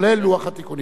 כולל לוח התיקונים.